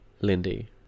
Lindy